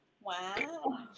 Wow